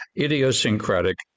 idiosyncratic